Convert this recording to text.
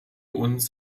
uns